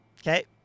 Okay